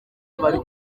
bari